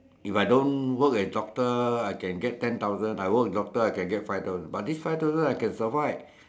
if I don't work as doctor I can get ten thousand but this five thousand I can survive